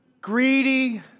greedy